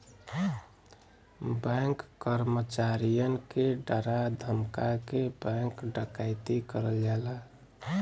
bank कर्मचारियन के डरा धमका के बैंक डकैती करल जाला